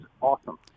awesome